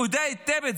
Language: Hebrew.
הוא יודע את זה היטב,